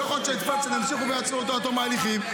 לא יכול להיות שאת פדלשטיין ימשיכו לעצור עד תום ההליכים,